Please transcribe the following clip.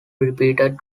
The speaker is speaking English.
repeated